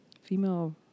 female